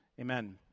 Amen